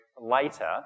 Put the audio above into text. later